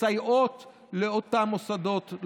מסייעות לאותם מוסדות,